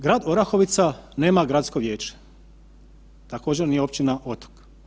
Grad Orahovica nema gradsko vijeće, također ni općina Otok.